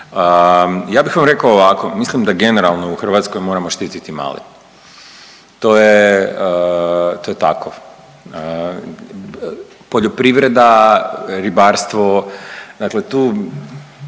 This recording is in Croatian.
Ja bih vam rekao ovako, mislim da generalno u Hrvatskoj moramo štiti male. To je, to je tako. Poljoprivreda, ribarstvo, dakle tu